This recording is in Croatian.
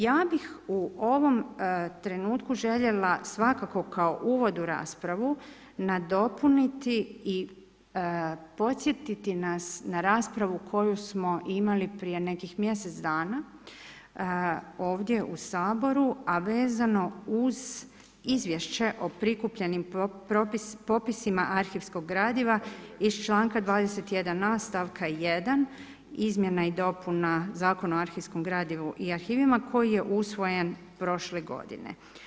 Ja bih u ovom trenutku željela svakako kao uvod u raspravu nadopuniti i podsjetiti nas na raspravu koju smo imali prije nekih mjesec dana ovdje u Saboru, a vezano uz izvješće o prikupljenim popisima arhivskog gradiva iz čl. 21.a, st. 1. izmjena i dopuna Zakona o arhivskom gradivu i arhivima koji je usvojen prošle godine.